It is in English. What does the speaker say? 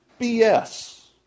BS